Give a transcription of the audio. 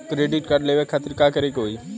Credit card लेवे खातिर का करे के होई?